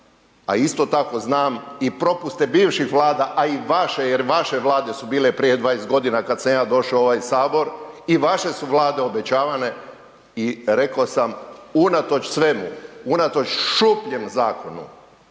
A isto tako znam i propuste bivših Vlada, a i vaše jer vaše Vlade su bile prije 20.g. kad sam ja došao u ovaj sabor i vaše su Vlade obećavane i reko sam unatoč svemu, unatoč šupljem zakonu,